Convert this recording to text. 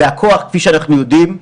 הכוח, כפי שאנחנו יודעים,